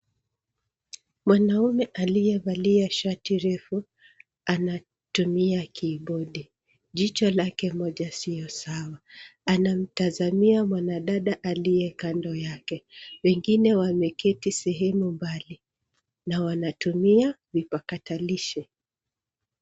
Mwanaume aliyevalia shati refu anatumia kibodi, jicho lake moja sio sawa. Anamtazamia mwanadada aliye kando yake, wengine wameketi mbali na wanatumia vipakatalishi.